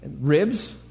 ribs